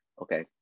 okay